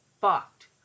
fucked